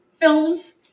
films